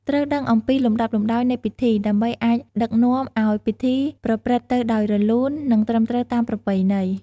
ត្រូវដឹងអំពីលំដាប់លំដោយនៃពិធី ដើម្បីអាចដឹកនាំឲ្យពិធីប្រព្រឹត្តទៅដោយរលូន និងត្រឹមត្រូវតាមប្រពៃណី។